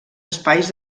espais